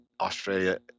Australia